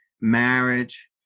marriage